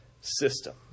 system